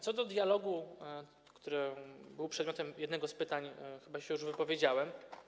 Co do dialogu, który był przedmiotem jednego z pytań, chyba się już wypowiedziałem.